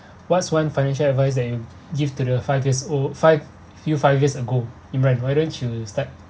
what's one financial advice that you give to the five years old five few five years ago imran why don't you start